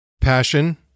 passion